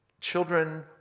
Children